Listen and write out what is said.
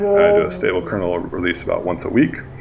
and a stable kernel release about once a week.